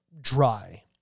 dry